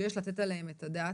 שיש לתת עליהן את הדעת.